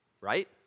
right